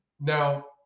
Now